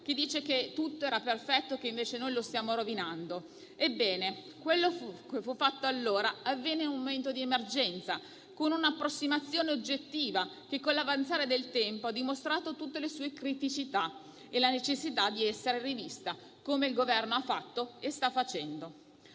secondo cui tutto era perfetto e invece noi lo stiamo rovinando. Ebbene, quello che fu fatto allora avvenne in un momento di emergenza, con un'approssimazione oggettiva che, con l'avanzare del tempo, ha dimostrato tutte le sue criticità e le necessità di revisione, come il Governo ha fatto e sta facendo.